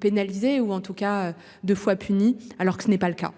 pénalisé ou en tout cas deux fois puni alors que ce n'est pas le cas.